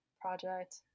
project